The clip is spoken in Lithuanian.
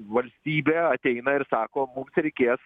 valstybė ateina ir sako mums reikės